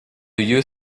you